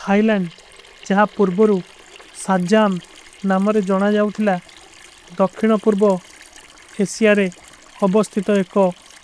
ଥାଇଲାନ ଜହାଁ ପୁର୍ବରୂ ସାଜ୍ଜାମ ନାମରେ ଜନା ଜାଓ ଥିଲା ଦକ୍ରିନ। ପୁର୍ବୋ ଏସିଯାରେ ହଵସ୍ତିତ ଏକ